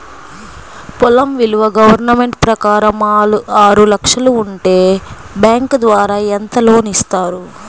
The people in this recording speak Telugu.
పొలం విలువ గవర్నమెంట్ ప్రకారం ఆరు లక్షలు ఉంటే బ్యాంకు ద్వారా ఎంత లోన్ ఇస్తారు?